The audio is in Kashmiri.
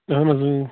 اَہَن حظ